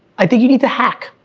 i think, you need to hack,